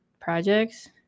projects